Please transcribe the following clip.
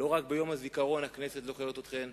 לא רק ביום הזיכרון הכנסת זוכרת אתכן.